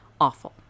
awful